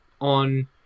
on